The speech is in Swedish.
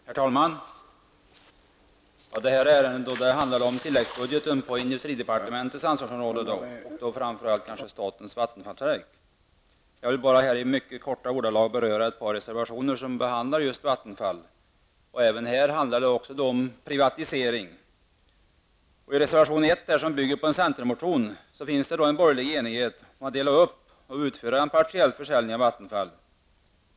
Herr talman! Detta ärende handlar om tilläggsbudgeten på industridepartementets ansvarsområde, och framför allt om statens vattenfallsverk. Jag vill här bara i mycket korta ordalag beröra ett par reservationer som behandlar just Vattenfall. Även här handlar det om privatisering. I reservation 1, som bygger på en centermotion, finns en borgerlig enighet om att dela upp och utföra en partiell försäljning av Vattenfall.